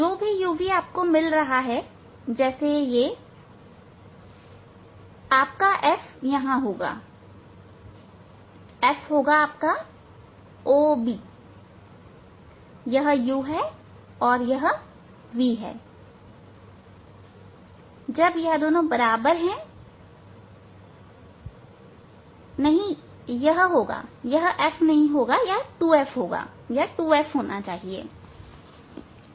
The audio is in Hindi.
जो भी u v आपको मिल रहा है जैसे यह आपका f होगा f होगा OB यह u है और यह v है जब यह दोनों बराबर हैनहीं यह होगा यह f नहीं होगा यह 2F होगा यह 2F होना चाहिए